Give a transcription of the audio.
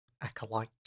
acolyte